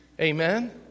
Amen